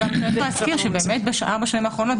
צריך להזכיר שבאמת בארבע השנים האחרונות,